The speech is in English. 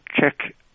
check